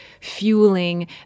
fueling